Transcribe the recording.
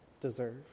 deserve